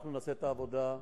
אנחנו נעשה את העבודה.